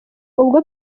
ubwo